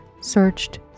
searched